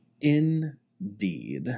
Indeed